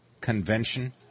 convention